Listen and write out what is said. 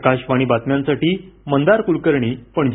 आकाशवाणी बातम्यांसाठी मंदार कुलकर्णी पणजी